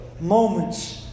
Moments